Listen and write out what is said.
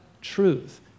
truth